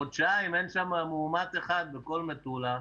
חודשיים אין שם מאומת אחד בכל מטולה,